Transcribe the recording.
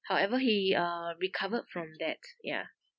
however he uh recovered from that ya